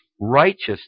righteous